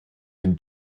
den